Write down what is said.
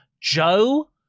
Joe